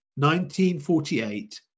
1948